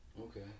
Okay